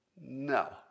No